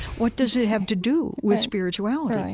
what does it have to do with spirituality?